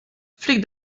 flick